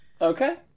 Okay